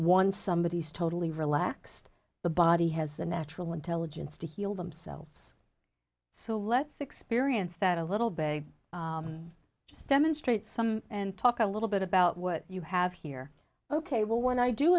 once somebody is totally relaxed the body has the natural intelligence to heal themselves so let's experience that a little bit just demonstrate some and talk a little bit about what you have here ok well when i do